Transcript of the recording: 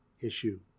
issue